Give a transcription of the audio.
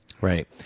Right